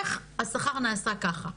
איך השכר נעשה ככה?